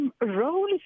role